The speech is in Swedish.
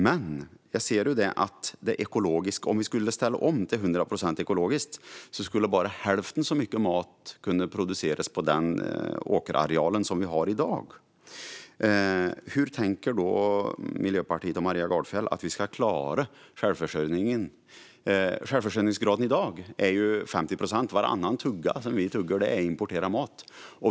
Men jag ser att om vi skulle ställa om till 100 procent ekologiskt jordbruk skulle bara hälften så mycket mat kunna produceras på den åkerareal som vi har i dag. Hur tänker Miljöpartiet och Maria Gardfjell att vi då ska klara självförsörjningen? Självförsörjningsgraden är i dag 50 procent. Varannan tugga är importerad mat.